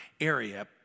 area